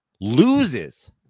Loses